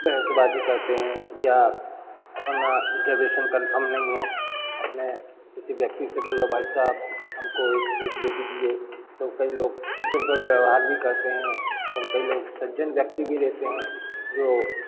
बहेसबाज़ी करते हैं या अपना रिजर्वेशन कन्फम नहीं है अपने किसी व्यक्ति से बोला भाई साहब हमको एक सीट दे दीजिए तो कई लोग दुर व्यवहार भी करते हैं और कई लोग सज्जन व्यक्ति भी रहते हैं जो